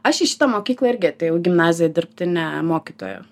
aš į šitą mokyklą irgi atėjau į gimnaziją dirbti ne mokytoja